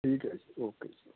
ਠੀਕ ਹੈ ਜੀ ਓਕੇ ਜੀ